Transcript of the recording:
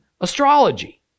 astrology